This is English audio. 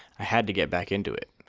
i had to get back into it!